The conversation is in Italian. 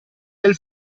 del